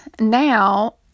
Now